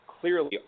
clearly